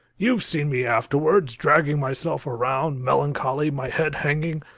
you've seen me afterwards dragging myself around, melancholy, my head hanging,